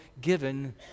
given